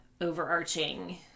overarching